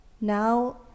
now